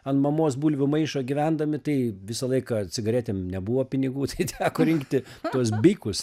an mamos bulvių maišo gyvendami tai visą laiką cigaretėm nebuvo pinigų tai ten teko rinkti tuos bikus